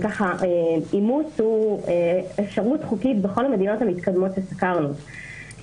אימוץ הוא אפשרות חוקית בכל המדינות המתקדמות שסקרנו.